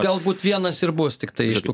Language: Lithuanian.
galbūt vienas ir bus tiktai iš tų